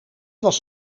was